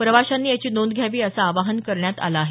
प्रवाशांनी याची नोंद घ्यावी असं आवाहन करण्यात आलं आहे